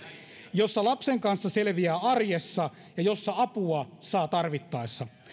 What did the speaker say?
jossa lapsen kanssa selviää arjessa ja jossa apua saa tarvittaessa